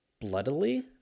bloodily